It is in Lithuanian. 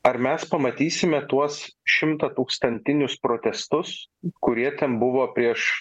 ar mes pamatysime tuos šimtatūkstantinius protestus kurie ten buvo prieš